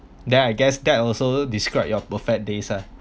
then I guess that also describe your perfect day ah